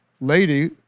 lady